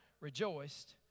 rejoiced